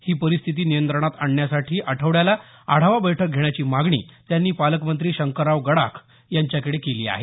ही परिस्थिती नियंत्रणात आणण्यासाठी आठवड्याला आढावा बैठक घेण्याची मागणी त्यांनी पालकमंत्री शंकरराव गडाख यांच्याकडे केली आहे